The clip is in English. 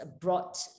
brought